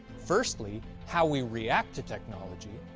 firstly, how we react to technology.